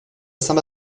saint